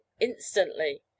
instantly